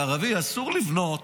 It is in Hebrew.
לערבי אסור לבנות,